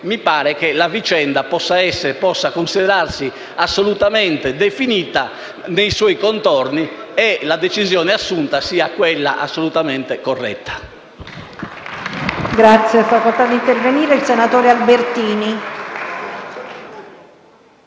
mi pare che la vicenda possa considerarsi assolutamente definita nei suoi contorni e che la decisione assunta sia assolutamente quella